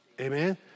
Amen